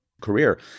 career